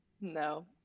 no